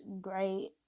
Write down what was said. great